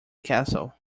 castle